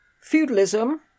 Feudalism